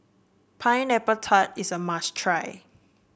Pineapple Tart is a must try